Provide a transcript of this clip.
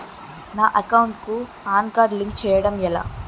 నా అకౌంట్ కు PAN card link చేయడం ఎలా?